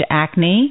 acne